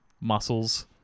muscles